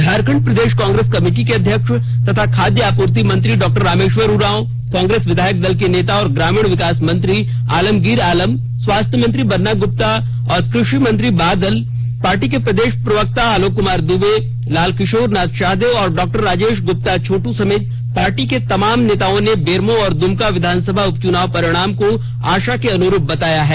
झारखंड प्रदेश कांग्रेस कमेटी के अध्यक्ष तथा खाद्य आपूर्ति मंत्री डॉ रामेश्वर उरांव कांग्रेस विधायक दल के नेता और ग्रामीण विकास मंत्री आलमगीर आलम स्वास्थ्य मंत्री बन्ना गुप्ता और कृषि मंत्री बादल पार्टी के प्रदेश प्रवक्ता आलोक कुमार दूबे लाल किशोर नाथ शाहदेव और डा राजेश गुप्ता छोटू समेत पार्टी के तमाम नेताओं ने बेरमो और दुमका विधानसभा उपचुनाव परिणाम को आशा के अनुरूप बताया है